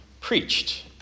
preached